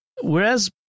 Whereas